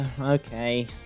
okay